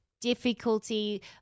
difficulty